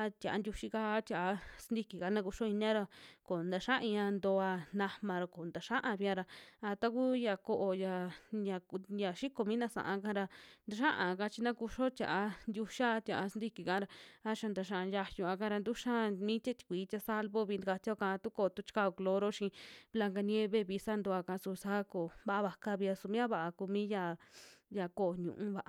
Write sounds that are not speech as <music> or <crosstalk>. a tia'a ntiuyi'ka, a tia'a sintiki'ka na kuxio inia ra koo taxiaiya ntoa najma ra koo taxia via ra, a ta kuu yia ko'o ya, ya kut <unintelligible> ya xiko mina sa'aka ra taxiaka chi na kuxio tia'a ntiyia, tia'a sintikika ra a xia taxia yayuva'ka ra ntuxia mi tie tikui tia salvo'vi takatiaoa ka tako tu chikao cloro xii blanca nieve vi saa ntoaka su saa ko vaa vakavia su mi vaa kumi yaa, ya ko'o ñu'uva.